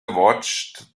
watched